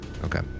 Okay